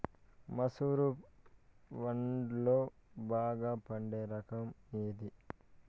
మసూర వడ్లులో బాగా పండే రకం ఏది?